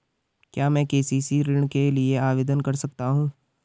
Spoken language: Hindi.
क्या मैं के.सी.सी ऋण के लिए आवेदन कर सकता हूँ?